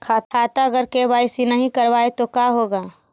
खाता अगर के.वाई.सी नही करबाए तो का होगा?